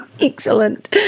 Excellent